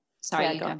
Sorry